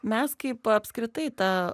mes kaip apskritai ta